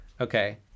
Okay